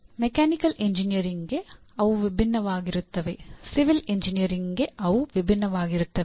mechanical ಎಂಜಿನಿಯರಿಂಗ್ಗೆ ಅವು ವಿಭಿನ್ನವಾಗಿರುತ್ತವೆ ಸಿವಿಲ್ ಎಂಜಿನಿಯರಿಂಗ್ಗೆ ಅವು ವಿಭಿನ್ನವಾಗಿರುತ್ತವೆ